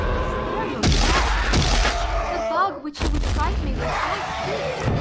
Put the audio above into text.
spare your threats the bug which you would fright me with, i seek.